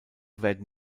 werden